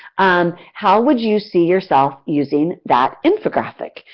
um how would you see yourself using that infographic?